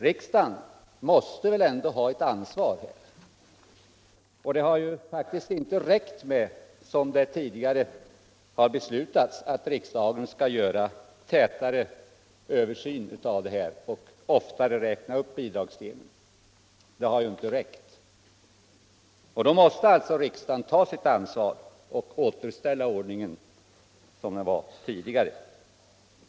Riksdagen måste väl ändå ha ett ansvar, och det har faktiskt inte räckt med att riksdagen, såsom tidigare har beslutats, skall göra tätare översyner av studiemedelssystemet och oftare räkna upp bidragsdelen. Då måste riksdagen ta sitt ansvar och återställa den ordning som tidigare gällde.